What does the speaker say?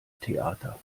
theater